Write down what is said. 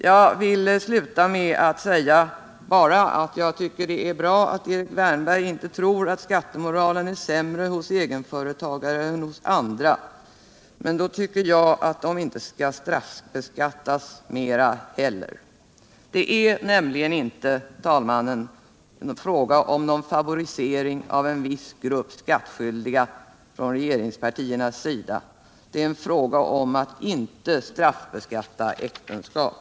Jag vill sluta med att säga att jag tycker att det är bra att Erik Wärnberg inte troratt skattemoralen är sämre hos egenföretagare än hos andra. Då tycker jag att de inte heller skall straffbeskattas mer än andra. Det är nämligen inte, herr talman, fråga om någon favorisering av en viss grupp skattskyldiga från regeringspartiernas sida. Det är fråga om att inte straffbeskatta äktenskap.